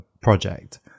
project